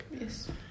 Yes